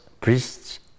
priests